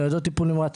ניידות טיפול נמרץ,